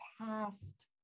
past